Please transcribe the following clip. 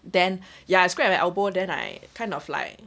then ya I scrap my elbow then I kind of like